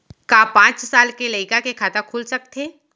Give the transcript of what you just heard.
का पाँच साल के लइका के खाता खुल सकथे?